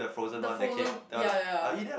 the frozen ya ya ya